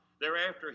thereafter